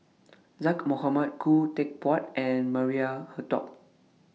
Zaqy Mohamad Khoo Teck Puat and Maria Hertogh